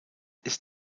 ist